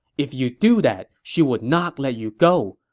if you do that, she would not let you go.